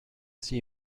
see